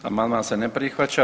Amandman se ne prihvaća.